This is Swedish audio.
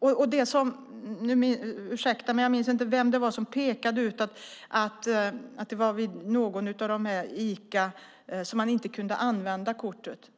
Ursäkta, men nu minns jag inte vem det var som pekade på att man i någon av Icabutikerna inte kunde använda kortet.